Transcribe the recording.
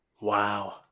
Wow